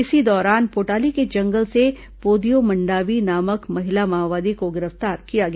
इस दौरान पोटाली के जंगल से पोदियो मंडावी नामक महिला माओवादी को गिरफ्तार किया गया